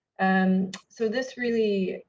and so this really,